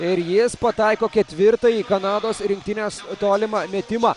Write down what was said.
ir jis pataiko ketvirtąjį kanados rinktinės tolimą metimą